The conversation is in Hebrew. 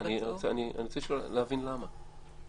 אני רוצה להבין למה.